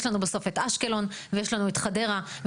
יש לנו את אשקלון ויש לנו את חדרה,